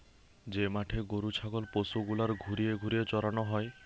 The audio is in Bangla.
যে মাঠে গরু ছাগল পশু গুলার ঘুরিয়ে ঘুরিয়ে চরানো হয়